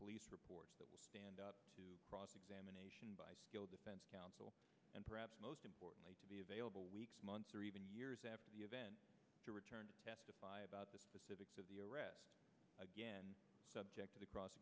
police reports that will stand up to cross examination by skilled defense counsel and perhaps most importantly to be available weeks months or even years after the event to return to testify about the specifics of the arrest again subject to cross